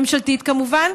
ממשלתית כמובן,